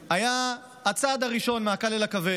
היה הצעד הראשון, מהקל לכבד.